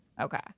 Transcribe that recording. Okay